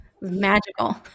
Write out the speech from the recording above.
magical